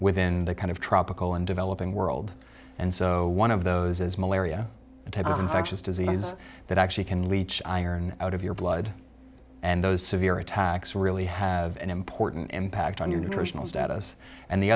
within the kind of tropical and developing world and so one of those is malaria a type of infectious disease that actually can leach iron out of your blood and those severe attacks really have an important impact on your nutritional status and the